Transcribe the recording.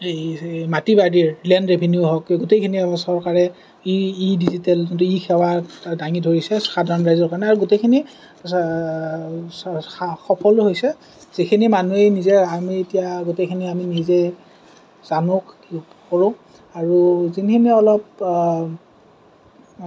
এই মাটি বাৰীৰ লেণ্ড ৰেভিনিউ হওঁক গোটেইখিনি চৰকাৰে ই ডিজিটেল ই সেৱাত ডাঙি ধৰিছে সাধাৰণ ৰাইজৰ কাৰণে আৰু গোটেইখিনি সফলো হৈছে যিখিনি মানুহে নিজৰ আমি এতিয়া গোটেইখিনি আমি নিজে জানোঁ কৰোঁ আৰু যোনখিনি অলপ